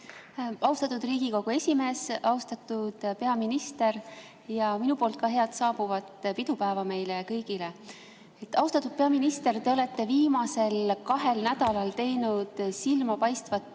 Austatud Riigikogu esimees! Austatud peaminister! Ka minu poolt head saabuvat pidupäeva meile kõigile! Austatud peaminister, te olete viimasel kahel nädalal teinud silmapaistvat